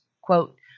quote